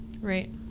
Right